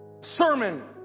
Sermon